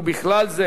ובכלל זה